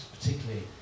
particularly